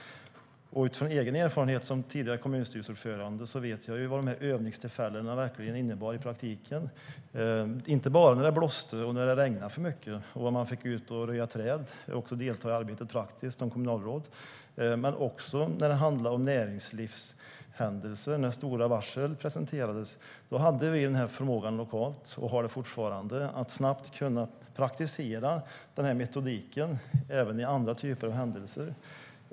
Utifrån egen erfarenhet som kommunstyrelseordförande vet jag ju vad övningstillfällena innebar i praktiken, inte bara när det blåste och regnade för mycket. Jag som kommunalråd fick röja träd och delta praktiskt i arbetet. När det kommer stora varsel från näringslivet hade vi och har fortfarande förmågan att praktisera denna metodik även i andra typer av händelser.